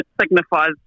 signifies